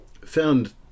Found